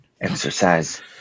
exercise